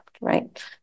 right